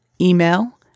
email